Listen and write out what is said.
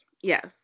yes